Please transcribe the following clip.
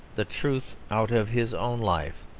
the truth out of his own life.